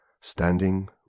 standing